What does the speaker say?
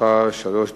לרשותך שלוש דקות.